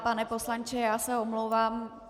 Pane poslanče, já se omlouvám.